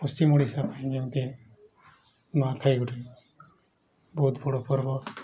ପଶ୍ଚିମ ଓଡ଼ିଶା ପାଇଁ ଯେମିତି ନୂଆଖାଇ ଗୋଟେ ବହୁତ ବଡ଼ ପର୍ବ